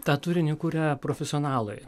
tą turinį kuria profesionalai